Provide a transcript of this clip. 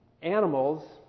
animals